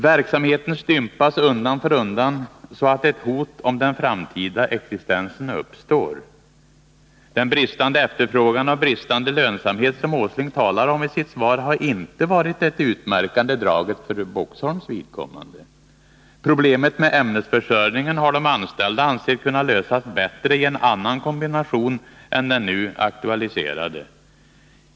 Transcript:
Verksamheten stympas undan för undan så att ett hot mot den framtida existensen uppstår. Den bristande efterfrågan och bristande lönsamhet som Nils Åsling talar om i sitt svar har inte varit det utmärkande draget för Boxholms vidkommande. Problemet med ämnesförsörjningen har de anställda ansett kunnat lösas bättre i en annan kombination än den nu aktualiserade.